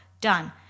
Done